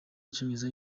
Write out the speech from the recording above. icyongereza